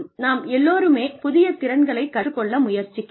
நாம் எல்லோருமே புதிய திறன்களைக் கற்றுக் கொள்ள முயற்சிக்கிறோம்